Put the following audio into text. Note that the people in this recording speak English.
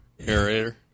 Aerator